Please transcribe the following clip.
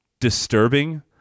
disturbing